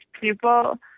people